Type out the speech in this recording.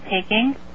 taking